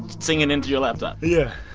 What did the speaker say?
singing into your laptop yeah